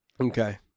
Okay